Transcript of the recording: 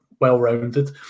well-rounded